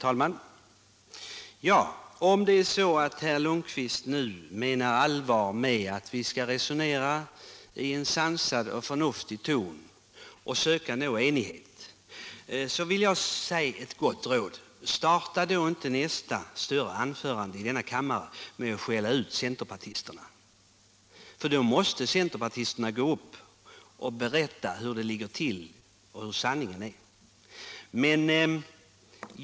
Herr talman! Om herr Lundkvist nu menar allvar med att vi skall resonera i en sansad och förnuftig ton och söka nå enighet, så vill jag ge ett gott råd: Starta då inte nästa större anförande i denna kammare med att skälla ut centerpartisterna, för då måste vi gå upp och berätta hur det ligger till med sanningen!